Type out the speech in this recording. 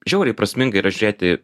žiauriai prasminga yra žiūrėti